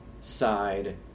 side